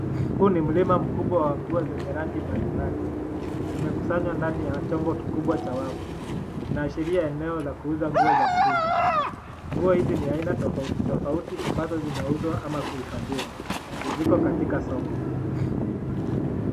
Huu ni mlima mkubwa wa nguo zenye rangi mbali mbali zimekusanywa ndani ya chombo kikubwa cha wavu, inaashiria eneo la kuuzwa nguo za mtumbwa. Nguo hizi ni aina tofauti tofauti ambazo zinazouzwa ama kuhifadhiwa. Ziko katika soko.